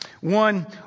One